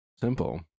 simple